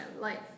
life